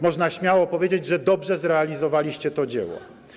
Można śmiało powiedzieć, że dobrze zrealizowaliście to dzieło.